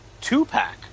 two-pack